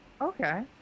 Okay